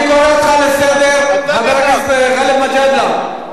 אני קורא אותך לסדר, חבר הכנסת גאלב מג'אדלה.